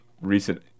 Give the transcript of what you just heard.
recent